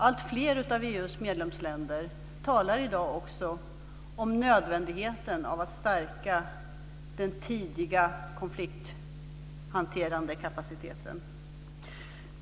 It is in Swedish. Alltfler av EU:s medlemsländer talar i dag också om nödvändigheten av att stärka den tidiga konflikthanterande kapaciteten.